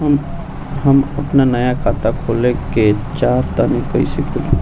हम आपन नया खाता खोले के चाह तानि कइसे खुलि?